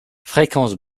fréquence